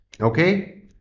Okay